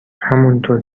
همونطور